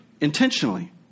intentionally